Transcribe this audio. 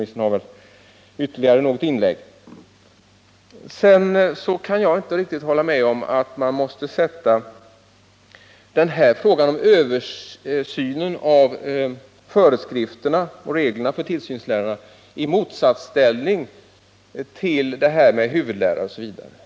Sedan kan jag inte riktigt hålla med om att man måste sätta frågan om översynen av föreskrifterna för tillsynslärarna i motsatsställning till detta med huvudlärare och institutionsföreståndare.